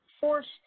forced